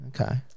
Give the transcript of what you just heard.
Okay